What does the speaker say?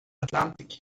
atlantik